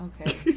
Okay